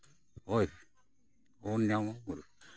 ᱦᱚᱭ ᱦᱚᱭ ᱧᱟᱢ ᱟᱵᱚᱱ